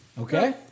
Okay